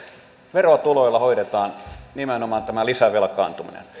verotuloilla hoidetaan nimenomaan tämä lisävelkaantuminen